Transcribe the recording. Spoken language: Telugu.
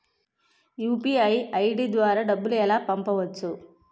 యు.పి.ఐ ఐ.డి ద్వారా డబ్బులు ఎలా పంపవచ్చు?